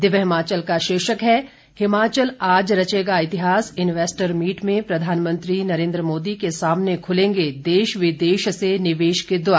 दिव्य हिमाचल का शीर्षक है हिमाचल आज रचेगा इतिहास इन्वेस्टर मीट में प्रधानमंत्री नरेंद्र मोदी के सामने खुलेंगे देश विदेश से निवेश के द्वार